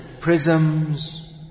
prisms